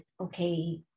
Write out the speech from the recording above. okay